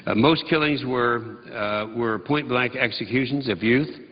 ah most killings were were pointblank excuses of youth.